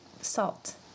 salt